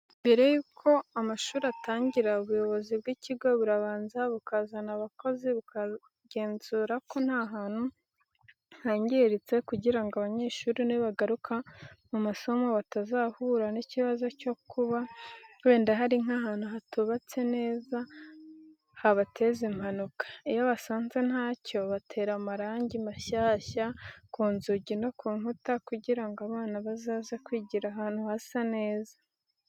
Mbere y'uko amashuri atangira ubuyobozi bw'ikigo burabanza bukazana abakozi bakagenzura ko nta hantu hangiritse kugira ngo abanyeshuri nibagaruka mu masomo batazahura n'ikibazo cyo kuba wenda hari nk'ahantu hatubatse neza, habateza impanuka. Iyo basanze ntacyo, batera amarangi mashyashya ku nzugi no ku nkuta kugira ngo abana bazaze kwigira ahantu hasa neza.